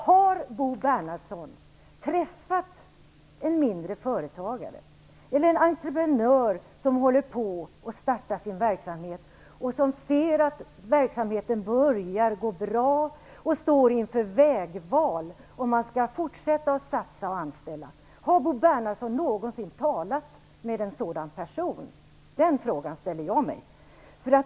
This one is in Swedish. Har Bo Bernhardsson träffat en småföretagare eller en entreprenör som håller på att starta sin verksamhet, som ser att verksamheten börjar gå bra och står inför vägvalet om han skall fortsätta att satsa och anställa? Har Bo Bernhardsson någonsin talat med en sådan person? Den frågan ställer jag mig.